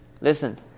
Listen